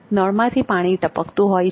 નળમાંથી પાણી ટપકતું હોય છે